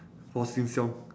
for seng-siong